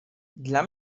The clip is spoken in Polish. dla